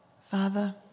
Father